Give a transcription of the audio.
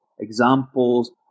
examples